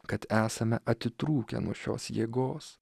kad esame atitrūkę nuo šios jėgos